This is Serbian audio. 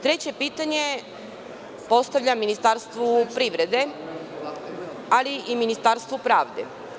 Treće pitanje postavljam Ministarstvu privrede, ali i Ministarstvu pravde.